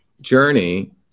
journey